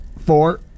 four